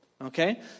Okay